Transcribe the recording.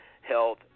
health